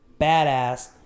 badass